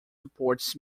supports